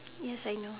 yes I know